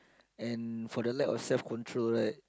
and for the lack of self control right